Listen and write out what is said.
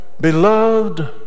beloved